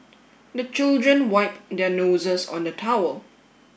the children wipe their noses on the towel